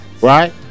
right